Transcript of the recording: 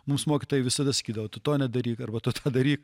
mums mokytojai visada sakydavo tu to nedaryk arba tu tą daryk